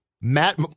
Matt